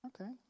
Okay